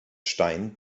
stein